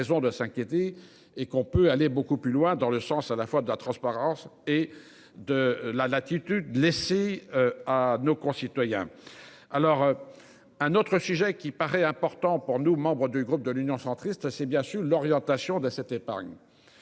pas de raison de s'inquiéter et qu'on peut aller beaucoup plus loin dans le sens à la fois de la transparence et de la latitude laissée à nos concitoyens. Alors. Un autre sujet qui paraît important pour nous, membres du groupe de l'Union centriste. C'est bien sûr l'orientation de cette épargne.